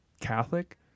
Catholic